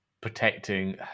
protecting